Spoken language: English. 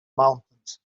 mountains